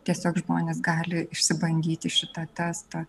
tiesiog žmonės gali išsibandyti šitą testą